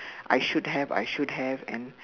I should have I should have and